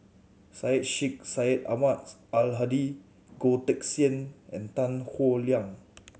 Syed Sheikh Syed Ahmads Al Hadi Goh Teck Sian and Tan Howe Liang